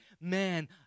man